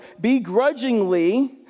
begrudgingly